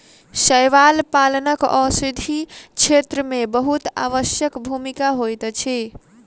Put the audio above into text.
शैवाल पालनक औषधि क्षेत्र में बहुत आवश्यक भूमिका होइत अछि